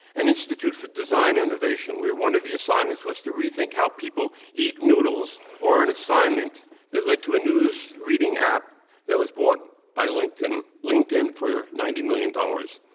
an institute for design innovation, where one of the assignments was to rethink how people eat ramen noodles or an assignment that led to a news reading app that was bought by linkedin linkedin for ninety million dollars.